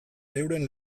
euren